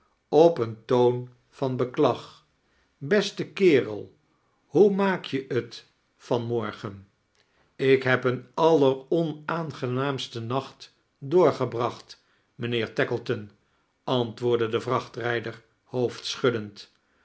op een toon van beklag beste kerel hoe maak je t van morgen ik heb een alleronaangenaamsten nacht doorgebracht mijnheer tackleton antwoordde de vrachtrijder